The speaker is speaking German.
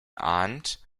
ahnt